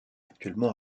actuellement